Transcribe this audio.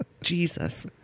Jesus